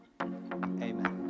Amen